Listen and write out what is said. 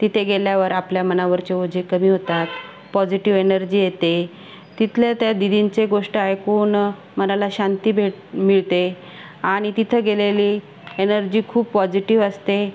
तिथे गेल्यावर आपल्या मनावरचे ओझे कमी होतात पॉझिटिव एनर्जी येते तिथल्या त्या दीदींचे गोष्ट ऐकून मनाला शांती भेट मिळते आणि तिथे गेलेली एनर्जी खूप पॉझिटिव असते